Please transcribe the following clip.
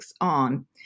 on